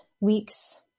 weeks